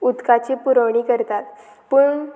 उदकाची पुरवणी करतात पूण